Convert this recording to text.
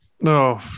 No